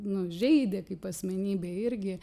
nu žeidė kaip asmenybei irgi